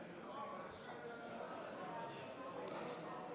הסתייגות 14 לא נתקבלה.